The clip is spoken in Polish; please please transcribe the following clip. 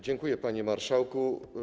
Dziękuję, panie marszałku.